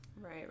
Right